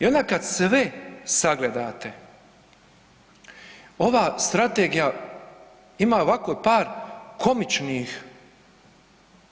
I onda kada sve sagledate ova strategija ima ovako par komičnih